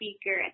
speaker